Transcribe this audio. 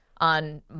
on